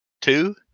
two